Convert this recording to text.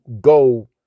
go